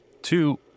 two